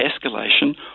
escalation